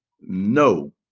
No